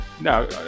no